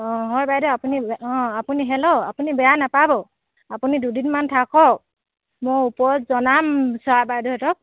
অঁ হয় বাইদেউ আপুনি অঁ আপুনি হেল্ল' আপুনি বেয়া নোপাব আপুনি দুদিনমান থাকক মই ওপৰত জনাম ছাৰ বাইদেউহেঁতক